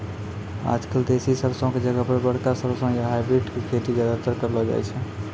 आजकल देसी सरसों के जगह पर बड़का सरसों या हाइब्रिड के खेती ज्यादातर करलो जाय छै